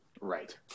Right